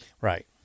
Right